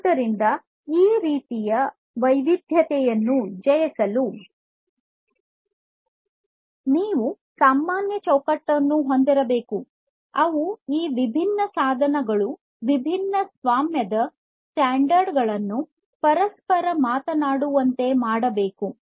ಆದ್ದರಿಂದ ಈ ರೀತಿಯ ವೈವಿಧ್ಯತೆಯನ್ನು ಜಯಿಸಲು ನೀವು ಸಾಮಾನ್ಯ ಚೌಕಟ್ಟನ್ನು ಹೊಂದಿರಬೇಕು ಅವು ಈ ವಿಭಿನ್ನ ಸಾಧನಗಳು ವಿಭಿನ್ನ ಸ್ವಾಮ್ಯದ ಸ್ಟ್ಯಾಂಡರ್ಡ್ಗಳನ್ನು ಪರಸ್ಪರ ಮಾತನಾಡುವಂತೆ ಮಾಡಬೇಕು